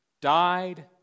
died